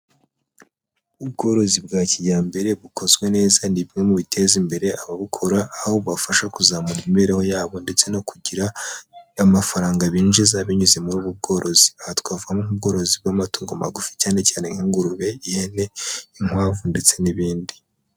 Ubworozi bwa kijyambere bukozwe neza, ni bimwe mu biteza imbere ababukora, aho bubafasha kuzamura imibereho yabo ndetse no kugira amafaranga binjiza, binyuze muri ubu bworozi. Aha twavugamo nk'ubworozi bw'amatungo magufi, cyane cyane nk'ingurube, ihene, inkwavu ndetse n'ibindi.